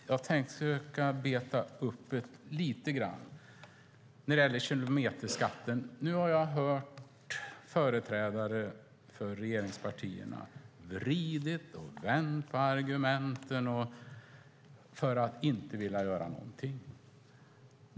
Fru talman! Jag ska försöka bena upp det hela lite grann när det gäller kilometerskatten. Nu har jag hört företrädare för regeringspartierna vrida och vända på argumenten för att inte vilja göra någonting.